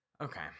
Okay